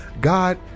God